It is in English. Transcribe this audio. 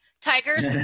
Tigers